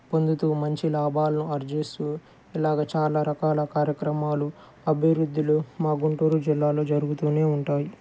పొందుతూ మంచి లాభాలను అర్జిస్తూ ఇలాగ చాలా రకాల కార్యక్రమాలు అభివృద్దులు మా గుంటూరు జిల్లాలో జరుగుతూనే ఉంటాయి